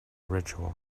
ritual